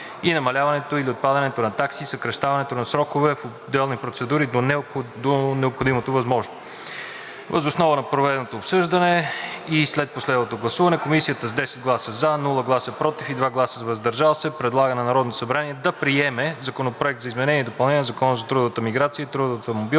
и намаляването или отпадането на такси, съкращаването на срокове в отделните процедури до необходимото възможно. Въз основа на проведеното обсъждане и след последвалото гласуване Комисията с 10 гласа „за“, без „против“ и 2 гласа „въздържал се“ предлага на Народното събрание да приеме Законопроект за изменение и допълнение на Закона за трудовата миграция и трудовата мобилност,